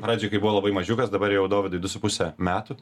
pradžioj kai buvo labai mažiukas dabar jau dovydui du su puse metų